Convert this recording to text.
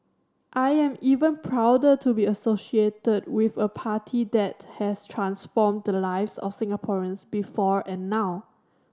I am even prouder to be associated with a party that has transformed the lives of Singaporeans before and now